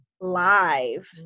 live